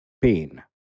pain